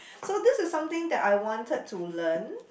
so this is something that I wanted to learn